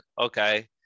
okay